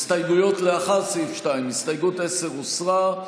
הסתייגויות לאחר סעיף 2, הסתייגות 10 הוסרה.